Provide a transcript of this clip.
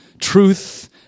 truth